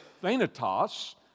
thanatos